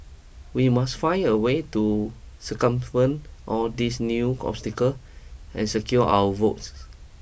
we must find a way to circumvent all these new obstacle and secure our votes